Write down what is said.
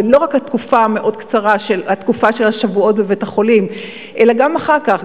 ולא רק בתקופה הקצרה מאוד של השבועות בבית-החולים אלא גם אחר כך,